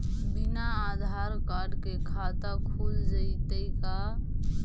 बिना आधार कार्ड के खाता खुल जइतै का?